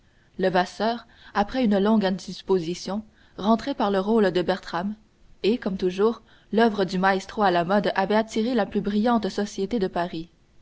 musique levasseur après une longue indisposition rentrait par le rôle de bertram et comme toujours l'oeuvre du maestro à la mode avait attiré la plus brillante société de paris